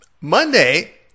Monday